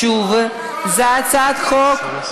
התשע"ז 2016,